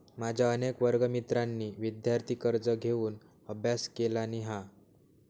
माझ्या अनेक वर्गमित्रांनी विदयार्थी कर्ज घेऊन अभ्यास केलानी हा